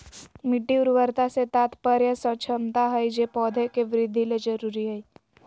मिट्टी उर्वरता से तात्पर्य क्षमता हइ जे पौधे के वृद्धि ले जरुरी हइ